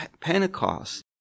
Pentecost